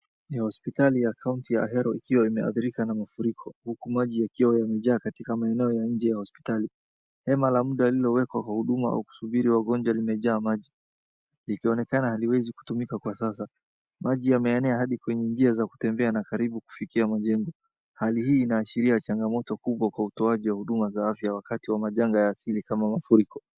Ni hospitali ya kaunti ya Ahero ikiwa imeadhirika na mafuriko huku maji yakiwa yamejaa katika maeneo ya nje ya hospitali. Hema la muda lililowekwa kwa huduma za kusubiri wagonja limejaa maji, vikionekana haviwezi kutumika kwa sasa. Maji yameenea hadi kwenye njia za kutembea na karibu kufikia majengo. Hali hii inaashiria changamoto kubwa kwa utoaji wa huduma za afya wakati wa majanga ya asili kama mafuriko.